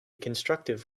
constructive